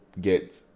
get